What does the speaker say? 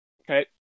Okay